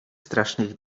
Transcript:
strasznych